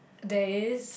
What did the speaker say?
there is